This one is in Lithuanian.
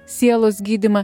sielos gydymą